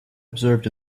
observed